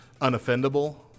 unoffendable